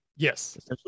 Yes